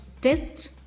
test